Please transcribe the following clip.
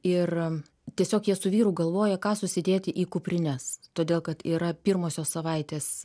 ir tiesiog jie su vyru galvoja ką susidėti į kuprines todėl kad yra pirmosios savaitės